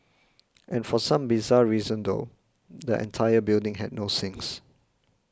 and for some bizarre reason though the entire building had no sinks